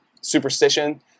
superstition